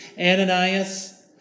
Ananias